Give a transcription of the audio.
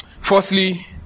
Fourthly